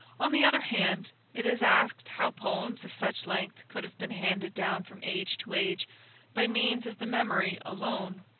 on the other hand it is asked how poems of such length could have been handed down from age to age by means of the memory alone.